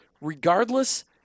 regardless